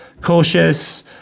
cautious